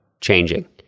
changing